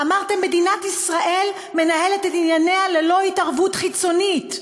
אמרתם: מדינת ישראל מנהלת את ענייניה ללא התערבות חיצונית.